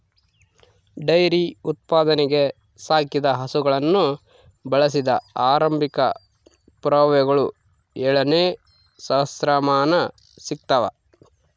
dairy ಉತ್ಪಾದನೆಗೆ ಸಾಕಿದ ಹಸುಗಳನ್ನು ಬಳಸಿದ ಆರಂಭಿಕ ಪುರಾವೆಗಳು ಏಳನೇ ಸಹಸ್ರಮಾನ ಸಿಗ್ತವ